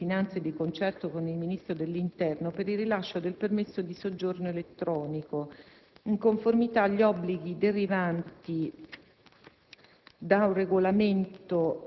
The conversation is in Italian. adottato dal Ministro dell'economia e delle finanze, di concerto con il Ministro dell'interno, per il rilascio del permesso di soggiorno elettronico, in conformità agli obblighi derivanti